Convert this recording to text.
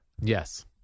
Yes